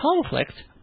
conflict